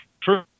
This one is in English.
true